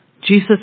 Jesus